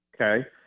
okay